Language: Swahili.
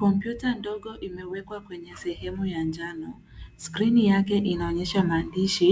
Kompyuta ndogo imewekwa kwenye sehemu ya njano. Skrini yake inaonyesha maandishi